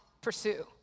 pursue